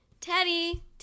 Teddy